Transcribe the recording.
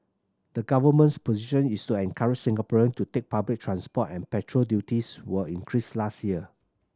the government position is to encourage Singaporean to take public transport and petrol duties were increased last year